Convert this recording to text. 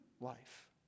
life